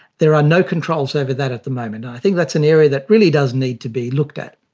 there are no controls over that at the moment. i think that's an area that really does need to be looked at.